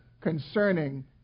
concerning